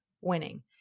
winning